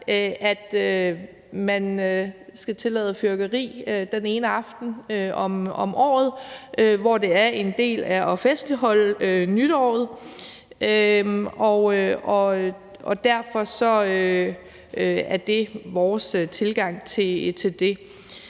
at man skal tillade fyrværkeri den ene aften om året som en del af at festligholde nytåret. Derfor er det vores tilgang til det.